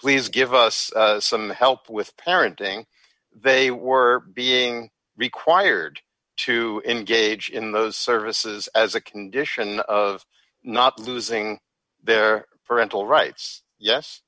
please give us some help with parenting they were being required to engage in those services as a condition of not losing their parental rights yes